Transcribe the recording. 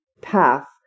path